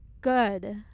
good